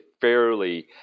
fairly